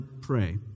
pray